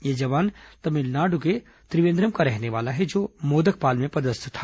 यह जवान तमिलनाडु के त्रिवेंद्रम का रहने वाला है जो मोदकपाल में पदस्थ था